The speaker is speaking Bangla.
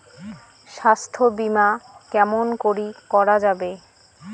স্বাস্থ্য বিমা কেমন করি করা যাবে?